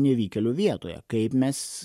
nevykėlių vietoje kaip mes